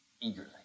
eagerly